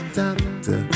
doctor